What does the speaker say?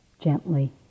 gently